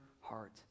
heart